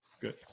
good